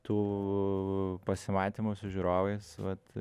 tų pasimatymų su žiūrovais vat